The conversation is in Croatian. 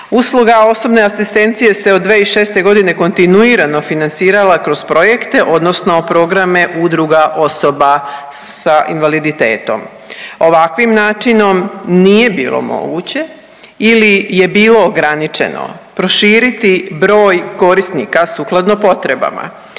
Usluga osobne asistencije se od 2006. godine kontinuirano financirala kroz projekte, odnosno programe Udruga osoba sa invaliditetom. Ovakvim načinom nije bilo moguće ili je bilo ograničeno proširiti broj korisnika sukladno potrebama,